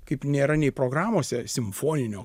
kaip nėra nei programose simfoninio